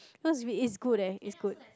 cause it's good leh it's good